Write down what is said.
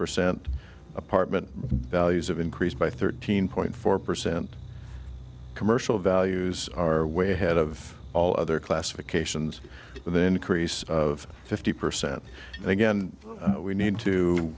percent apartment values have increased by thirteen point four percent commercial values are way ahead of all other classifications with an increase of fifty percent and again we need to